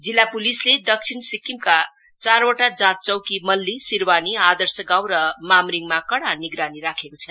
जिल्ला प्लिसले दक्षिण सिक्किमका चारवटा जाँच चौकी मल्ली सिरवानी आर्दश गाउँ र मामरिङमा कड़ा निगरानी राखेको छ